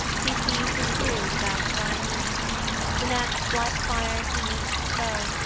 he sees his brood about thy knee the next, like fire he meets the foe,